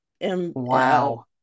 Wow